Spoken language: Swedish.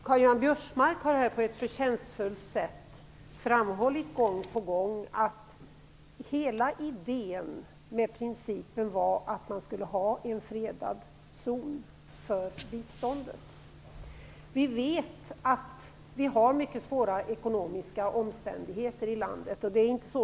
Karl-Göran Biörsmark har här på ett förtjänstfullt sätt gång på gång framhållit att hela idén med principen var att man skulle ha en fredad zon för biståndet. Vi vet att vi har mycket svåra ekonomiska omständigheter i landet.